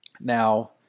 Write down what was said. Now